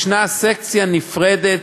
יש סקציה נפרדת,